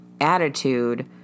attitude